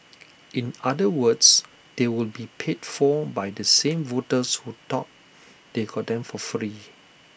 in other words they will be paid for by the same voters who thought they got them for free